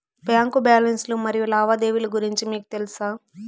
Bank balance లు మరియు లావాదేవీలు గురించి మీకు తెల్సా?